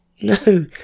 No